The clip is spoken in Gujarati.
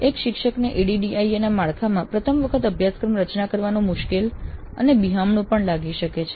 એક શિક્ષકને ADDIE ના માળખામાં પ્રથમ વખત અભ્યાસક્રમ રચના કરવાનું મુશ્કેલ અને બિહામણું પણ લાગી શકે છે